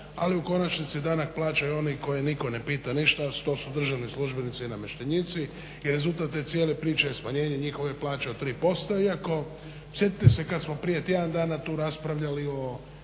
ali u konačnici danak plaćaju oni koje nitko ne pita ništa a to su državni službenici i namještenici. I rezultat te cijele priče je smanjenje njihove plaće od 3%. Iako, sjetite se kad smo prije tjedan dana tu raspravljali o